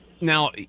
now